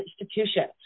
institutions